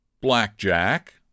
blackjack